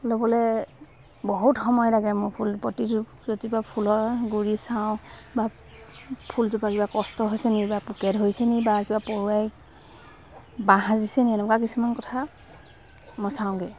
ল'বলৈ বহুত সময় লাগে মোৰ ফুল প্ৰতিপাহ ফুলৰ গুৰি চাওঁ বা ফুলজোপা কিবা কষ্ট হৈছে নি বা পোকে ধৰিছে নি বা কিবা পৰুৱাই বাহ সাজিছে নি এনেকুৱা কিছুমান কথা মই চাওঁগৈ